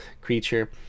creature